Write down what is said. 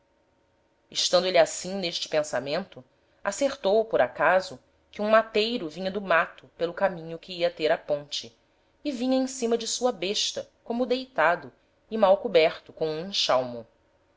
estando êle assim n'este pensamento acertou por acaso que um mateiro vinha do mato pelo caminho que ia ter á ponte e vinha em cima de sua besta como deitado e mal coberto com um enxalmo